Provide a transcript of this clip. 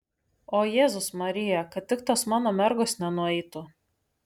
o jėzus marija kad tik tos mano mergos nenueitų